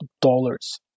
dollars